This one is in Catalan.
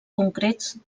concrets